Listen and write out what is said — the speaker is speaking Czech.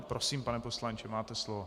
Prosím, pane poslanče, máte slovo.